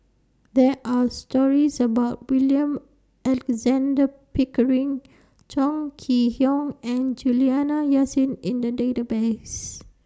There Are stories about William Alexander Pickering Chong Kee Hiong and Juliana Yasin in The Database